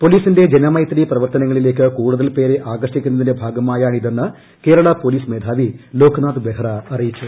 പോലീസിന്റെ ജനമൈത്രി പ്രവർത്തനങ്ങളിലേയ്ക്ക് കൂടുതൽ ്പേരെ ആകർഷിക്കുന്നതിന്റെ ഭാഗമായാണിതെന്ന് കേരള പോലീസ് മേധാവി ലോക്നാഥ് ബെഹ്റ അറിയിച്ചു